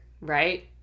right